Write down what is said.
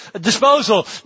disposal